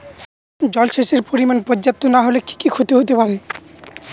জলসেচের পরিমাণ পর্যাপ্ত না হলে কি কি ক্ষতি হতে পারে?